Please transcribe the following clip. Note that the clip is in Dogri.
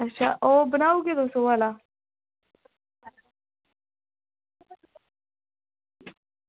अच्छा ओह् बनाई ओड़गे तुस ओह् आह्ला